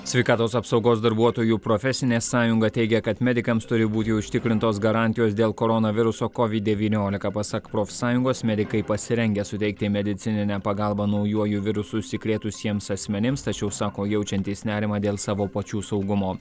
sveikatos apsaugos darbuotojų profesinė sąjunga teigia kad medikams turi būti užtikrintos garantijos dėl koronaviruso covid devyniolika pasak profsąjungos medikai pasirengę suteikti medicininę pagalbą naujuoju virusu užsikrėtusiems asmenims tačiau sako jaučiantys nerimą dėl savo pačių saugumo